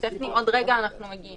עוד רגע אנחנו מגיעים.